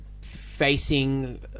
facing